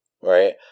right